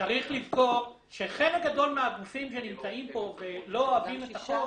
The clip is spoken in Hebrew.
צריך לזכור שחלק גדול מהגופים שנמצאים פה ולא אוהבים את החוק,